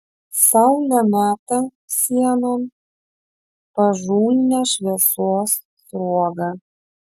saulė meta sienon pažulnią šviesos sruogą